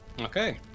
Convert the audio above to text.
Okay